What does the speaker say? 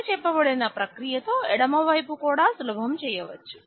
పైన చెప్పబడిన ప్రక్రియతో ఎడమ వైపు కూడా సులభం చేయవచ్చు